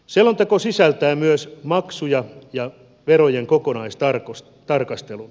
selonteko sisältää myös maksujen ja verojen kokonaistarkastelun